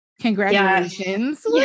congratulations